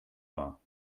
war